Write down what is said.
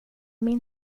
min